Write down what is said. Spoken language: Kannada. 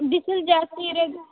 ಬಿಸಿಲ್ ಜಾಸ್ತಿ ಇರೋಗ್